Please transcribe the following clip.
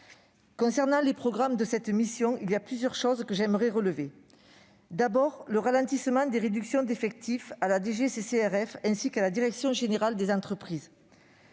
Concernant les programmes de cette mission, il y a plusieurs points, sur lesquels j'aimerais revenir. D'abord, j'évoquerai le ralentissement des réductions d'effectifs à la DGCCRF, ainsi qu'à la direction générale des entreprises.